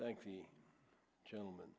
thank the gentleman